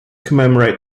commemorate